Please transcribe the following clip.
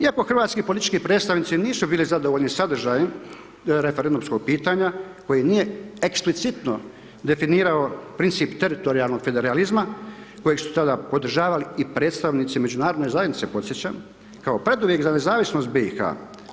Iako hrvatski politički predstavnici nisu bili zadovoljni sadržajem referendumskog pitanja koji nije eksplicitno definirao princip teritorijalnog federalizma kojega su tada podržavali i predstavnici Međunarodne zajednice, podsjećam kao preduvjet za nezavisnost BiH-a.